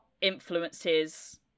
influences